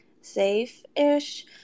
safe-ish